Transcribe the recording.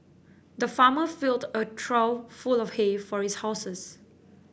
the farmer filled a trough full of hay for his houses